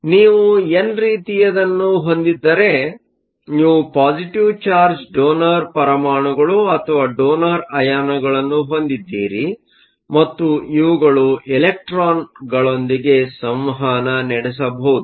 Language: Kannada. ಆದ್ದರಿಂದ ನೀವು ಎನ್ ರೀತಿಯದನ್ನು ಹೊಂದಿದ್ದರೆ ನೀವು ಪಾಸಿಟಿವ್ ಚಾರ್ಜ್ ಡೋನರ್ ಪರಮಾಣುಗಳು ಅಥವಾ ಡೋನರ್ ಅಯಾನುಗಳನ್ನು ಹೊಂದಿದ್ದೀರಿ ಮತ್ತು ಇವುಗಳು ಎಲೆಕ್ಟ್ರಾನ್ಗಳೊಂದಿಗೆ ಸಂವಹನ ನಡೆಸಬಹುದು